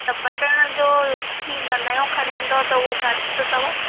त बटण जो थींदो नयो खणी ईंदव त उहो घणे जो अथव